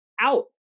out